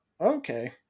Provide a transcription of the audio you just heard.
okay